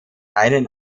keinen